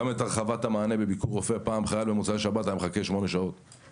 את הרחבת המענה בביקור רופא פעם חייל היה מחכה שמונה שעות במוצאי שבת.